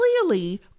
clearly